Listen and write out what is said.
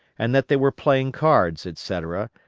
and that they were playing cards, etc,